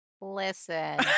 Listen